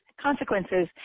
consequences